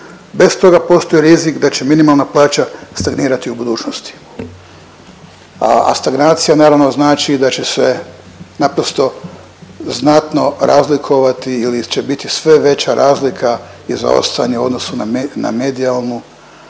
Bez toga postoji rizik da će minimalna plaća stagnirati u budućnosti, a stagnacija naravno znači da će se naprosto znatno razlikovati ili će biti sve veća razlika i zaostajanje u odnosu na medijalnu